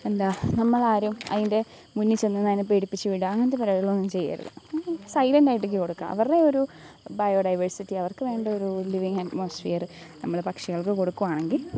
എന്താ നമ്മളാരും അതിൻ്റെ മുന്നിൽ ചെന്ന് അതിനെ പേടിപ്പിച്ച് വിടുക അങ്ങനെത്തെ പരിപാടികളൊന്നും ചെയ്യരുത് സൈലൻറ്റായിട്ടിക്ക് കൊടുക്കുക അവരുടെയൊരു ബയോ ഡൈവേഴ്സിറ്റി അവർക്ക് വേണ്ട ഒരു ലിവിങ് അറ്റ്മോസ്ഫിയർ നമ്മൾ പക്ഷികൾക്ക് കൊടുക്കുകയാണെങ്കിൽ